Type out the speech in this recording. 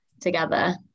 together